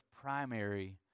primary